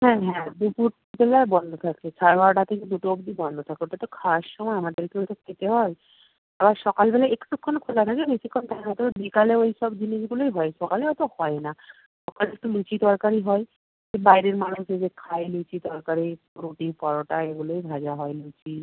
হ্যাঁ হ্যাঁ দুপুর বন্ধ থাকে সাড়ে বারোটা থেকে দুটো অবধি বন্ধ থাকে ওটা তো খাওয়ার সময় আমাদেরকেও তো খেতে হয় আবার সকালবেলা একটুক্ষণ খোলা থাকে বেশিক্ষণ বিকেলে ওই সব জিনিসগুলোই হয় সকালে অত হয় না সকালে একটু লুচি তরকারি হয় ওই বাইরের মানুষ এসে খায় লুচি তরকারি রুটি পরোটা এগুলোই ভাজা হয় লুচি